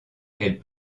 elle